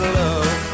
love